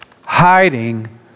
hiding